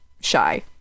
shy